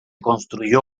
construyó